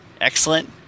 Excellent